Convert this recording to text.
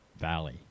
Valley